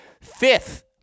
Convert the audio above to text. Fifth